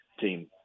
team